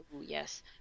yes